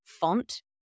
font